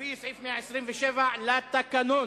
למשוך את סעיף 36. נא להירגע,